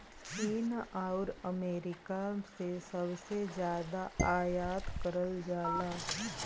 चीन आउर अमेरिका से सबसे जादा आयात करल जाला